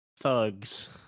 thugs